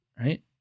Right